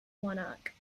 monarch